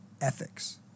ethics